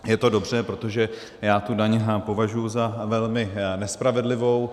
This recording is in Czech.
Je to dobře, protože já tu daň považuji za velmi nespravedlivou.